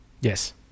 Yes